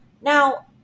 Now